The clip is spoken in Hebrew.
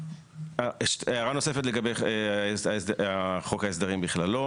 הערה נוספת לגבי חוק ההסדרים בכללו.